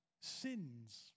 sins